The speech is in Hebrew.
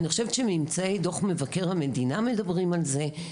שממצאי דוח מבקר המדינה מדברים על זה,